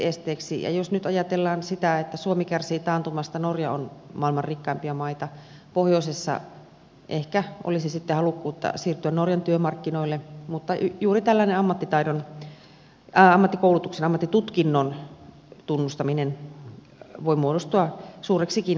ja jos nyt ajatellaan sitä että suomi kärsii taantumasta ja norja on maailman rikkaimpia maita pohjoisessa ehkä olisi sitten halukkuutta siirtyä norjan työmarkkinoille mutta juuri tällainen ammattikoulutuksen ammattitutkinnon tunnustaminen voi muodostua suureksikin hidasteeksi